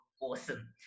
awesome